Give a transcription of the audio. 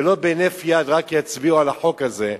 ולא בהינף יד רק יצביעו על החוק הזה.